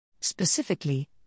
Specifically